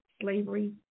slavery